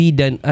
dan